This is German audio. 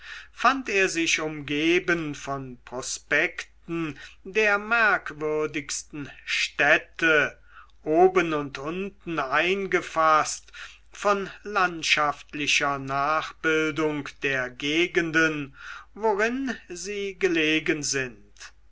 fand er sich umgeben von prospekten der merkwürdigsten städte oben und unten eingefaßt von landschaftlicher nachbildung der gegenden worin sie gelegen sind